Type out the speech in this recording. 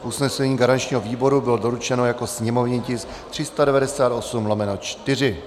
Usnesení garančního výboru bylo doručeno jako sněmovní tisk 398/4.